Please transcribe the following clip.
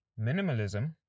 Minimalism